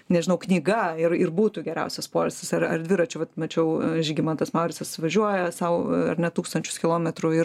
nežinau knyga ir ir būtų geriausias poilsis ar ar dviračiu vat mačiau žygimantas mauricas važiuoja sau ar net tūkstančius kilometrų ir